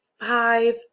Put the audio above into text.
five